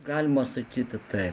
galima sakyti taip